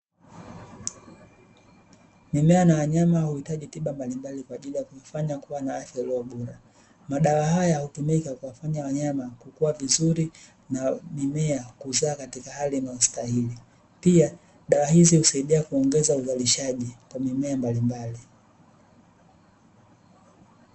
Mimea na wanyama huhitaji tiba mbalimbali kwa ajili ya kuifanya kuwa na afya iliyobora, madawa haya hutumika kuwafanya wanyama kukua vizuri na mimea kuzaa katika hali inayostahili, pia husaidia kuongeza uzalishaji kwa mimea mbalimbali.